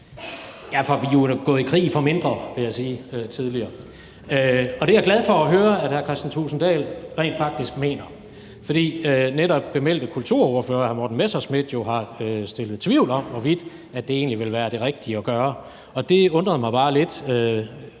Ja, for vi er jo gået i krig for mindre tidligere, vil jeg sige. Det er jeg glad for at høre at hr. Kristian Thulesen Dahl rent faktisk mener. For netop bemeldte kulturordfører, hr. Morten Messerschmidt, har jo rejst tvivl om, hvorvidt det egentlig ville være det rigtige at gøre. Og det undrer mig bare lidt